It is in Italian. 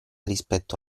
rispetto